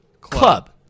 Club